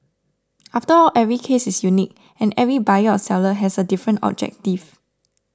after all every case is unique and every buyer or seller has a different objective